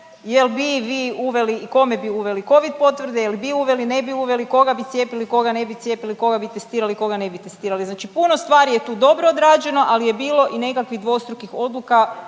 je li bi vi uveli i kome bi uveli Covid potvrde, je li bi uveli, ne bi uveli, koga bi cijepili, koga ne bi cijepili, koga bi testirali, koga ne bi testirali, znači puno stvari je tu dobro odrađeno, ali je bilo i nekakvih dvostrukih odluka,